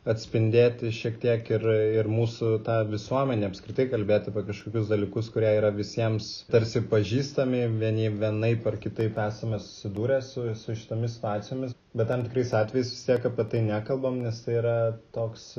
atspindėti šiek tiek ir ir mūsų tą visuomenę apskritai kalbėti apie kažkokius dalykus kurie yra visiems tarsi pažįstami vieni vienaip ar kitaip esame susidūrę su su šitomis situacijomis bet tam tikrais atvejais vis tiek apie tai nekalbam nes tai yra toks